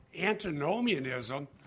antinomianism